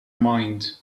mind